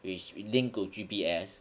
which link to G_P_S